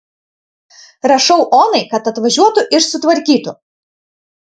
rašau onai kad atvažiuotų ir sutvarkytų